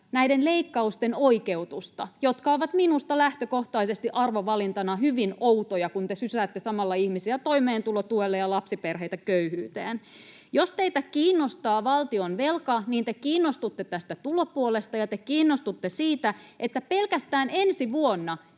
näiltä leikkauksilta — jotka ovat minusta lähtökohtaisesti arvovalintana hyvin outoja, kun te sysäätte samalla ihmisiä toimeentulotuelle ja lapsiperheitä köyhyyteen. Jos teitä kiinnostaa valtionvelka, niin te kiinnostutte tästä tulopuolesta ja te kiinnostutte siitä, että pelkästään ensi vuonna